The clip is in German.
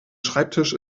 schreibtisch